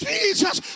Jesus